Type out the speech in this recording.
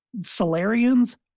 Solarians